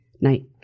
Night